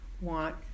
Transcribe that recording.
want